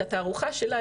את התערוכה שלה,